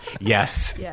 yes